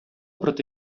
проти